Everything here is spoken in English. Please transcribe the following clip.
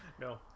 No